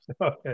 Okay